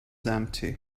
empty